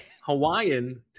Hawaiian